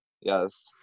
Yes